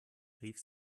rief